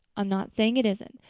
i'm not saying it isn't.